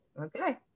okay